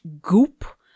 goop